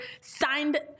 signed